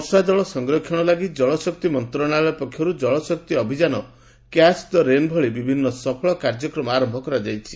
ବର୍ଷାଜଳ ସଂରକ୍ଷଣ ଲାଗି ଜଳଶକ୍ତି ମନ୍ତଶାଳୟ ପକ୍ଷରୁ ଜଳଶକ୍ତି ଅଭିଯାନ କ୍ୟାଚ୍ ଦ ରେନ୍ ଭଳି ବିଭିନ୍ ସଫଳ କାର୍ଯ୍ୟକ୍ରମ ଆର କରାଯାଇଛି